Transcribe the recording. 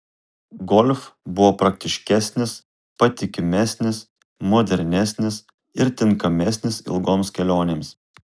golf buvo praktiškesnis patikimesnis modernesnis ir tinkamesnis ilgoms kelionėms